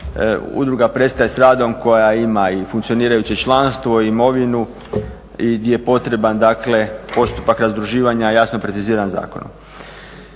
udruga prestaje sa radom koja ima i funkcionirajuće članstvo i imovinu i gdje je potreban postupak razdruživanja jasno preciziran zakonom.